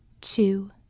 two